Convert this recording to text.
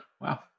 Wow